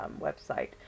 website